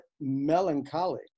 melancholy